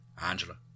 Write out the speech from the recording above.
Angela